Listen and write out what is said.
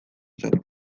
zen